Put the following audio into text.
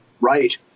right